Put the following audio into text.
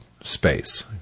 space